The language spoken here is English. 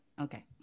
Okay